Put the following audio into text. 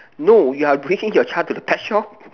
no you're bringing your child to the pet shop